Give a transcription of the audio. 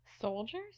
Soldiers